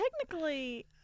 technically